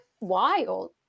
wild